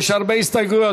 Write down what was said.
יש הרבה הסתייגויות.